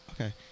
Okay